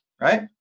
right